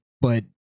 but-